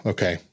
Okay